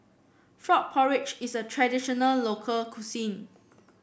Frog Porridge is a traditional local cuisine